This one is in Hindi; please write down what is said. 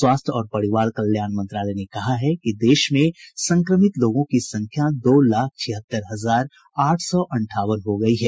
स्वास्थ्य और परिवार कल्याण मंत्रालय ने कहा कि देश में संक्रमित लोगों की संख्या दो लाख छिहत्तर हजार आठ सौ अंठावन हो गई है